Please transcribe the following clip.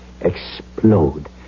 explode